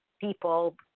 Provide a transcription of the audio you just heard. people